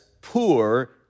poor